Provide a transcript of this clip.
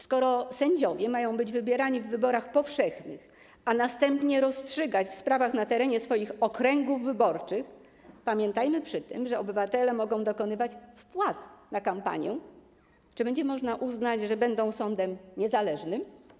Skoro sędziowie mają być wybierani w wyborach powszechnych, a następnie rozstrzygać w sprawach na terenie swoich okręgów wyborczych - pamiętajmy przy tym, że obywatele mogą dokonywać wpłat na kampanię - to czy będzie można uznać, że będą sądem niezależnym?